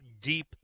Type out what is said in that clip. deep